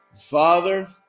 father